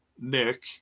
Nick